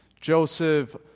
Joseph